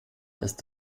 ist